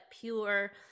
pure